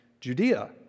Judea